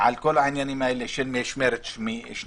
על כל העניינים האלה של משמרת שנייה,